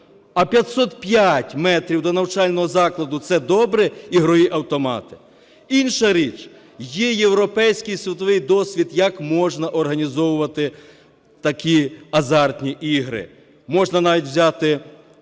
А 505 метрів до навчального закладу – це добре, ігрові автомати? Інша річ. Є європейський судовий досвід, як можна організовувати такі азартні ігри. Можна навіть взяти